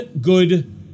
good